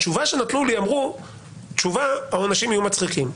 בתשובה שנתנו לי אמרו שהעונשים יהיו מצחיקים.